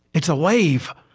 it's a wave.